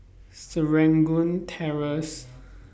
Serangoon Terrace